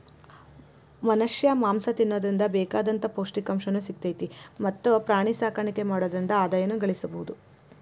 ಮನಷ್ಯಾ ಮಾಂಸ ತಿನ್ನೋದ್ರಿಂದ ಬೇಕಾದಂತ ಪೌಷ್ಟಿಕಾಂಶನು ಸಿಗ್ತೇತಿ ಮತ್ತ್ ಪ್ರಾಣಿಸಾಕಾಣಿಕೆ ಮಾಡೋದ್ರಿಂದ ಆದಾಯನು ಗಳಸಬಹುದು